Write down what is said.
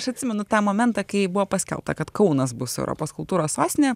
aš atsimenu tą momentą kai buvo paskelbta kad kaunas bus europos kultūros sostinė